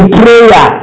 prayer